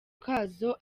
kazo